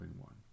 one